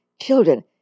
children